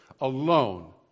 alone